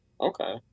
Okay